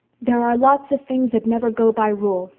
there are lots of things that never go by rule,